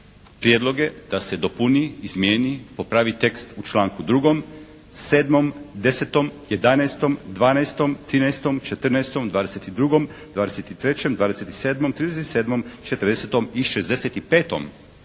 prijedloge da se dopuni, izmijeni, popravi tekst u članku 2., 7., 10., 11., 12., 13., 14., 22., 23., 27., 37., 40. i 65.